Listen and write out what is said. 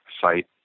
site